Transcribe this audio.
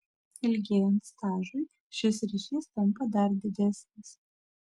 ilgėjant stažui šis ryšys tampa dar didesnis